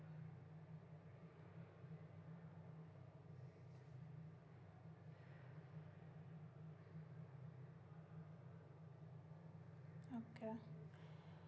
okay